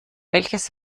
welches